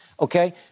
Okay